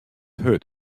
hurd